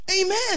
Amen